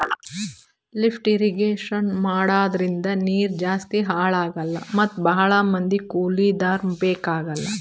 lift irrigation ಮಾಡದ್ರಿಂದ ನೀರ್ ಜಾಸ್ತಿ ಹಾಳ್ ಆಗಲ್ಲಾ ಮತ್ ಭಾಳ್ ಮಂದಿ ಕೂಲಿದವ್ರು ಬೇಕಾಗಲ್